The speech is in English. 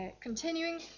continuing